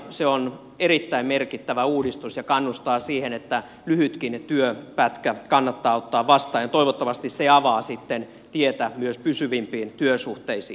se on erittäin merkittävä uudistus ja kannustaa siihen että lyhytkin työpätkä kannattaa ottaa vastaan ja toivottavasti se avaa sitten tietä myös pysyvämpiin työsuhteisiin